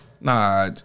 Nah